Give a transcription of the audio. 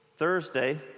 Thursday